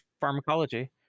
pharmacology